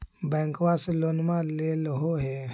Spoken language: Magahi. बैंकवा से लोनवा लेलहो हे?